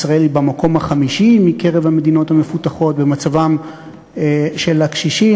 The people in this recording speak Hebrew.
ישראל היא במקום החמישי בקרב המדינות המפותחות במצבם של הקשישים.